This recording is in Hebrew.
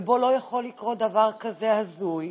ובו לא יכול לקרות דבר כזה הזוי.